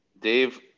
Dave